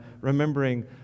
remembering